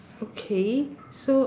okay so